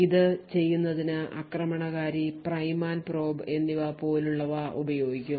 ഇത് ചെയ്യുന്നതിന് ആക്രമണകാരി പ്രൈം ആൻഡ് പ്രോബ് എന്നിവ പോലുള്ളവ ഉപയോഗിക്കും